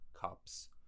Cups